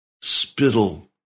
spittle